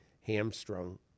hamstrung